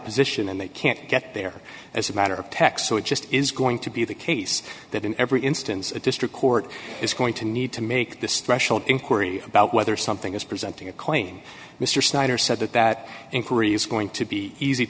position and they can't get there as a matter of text so it just is going to be the case that in every instance a district court is going to need to make this threshold inquiry about whether something is presenting a claim mr snyder said that that inquiry is going to be easy